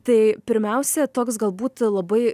tai pirmiausia toks galbūt labai